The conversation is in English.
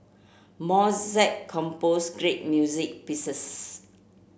Mozart composed great music pieces